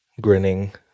grinning